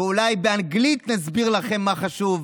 ואולי באנגלית נסביר לכם מה חשוב.